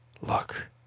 Look